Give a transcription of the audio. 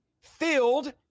filled